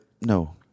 no